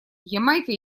ямайка